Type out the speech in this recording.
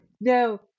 no